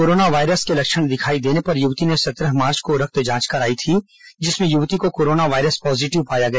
corona virus के लक्षण दिखाई देने पर युवती ने सत्रह मार्च को रक्त जांच करवाई थी जिसमें युवती को कोरोना वायरस पॉजीटिव पाया गया